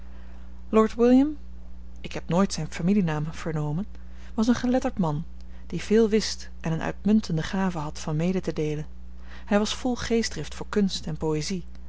ik heb nooit zijn familienaam vernomen was een geletterd man die veel wist en eene uitmuntende gave had van mede te deelen hij was vol geestdrift voor kunst en poëzie